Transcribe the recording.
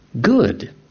good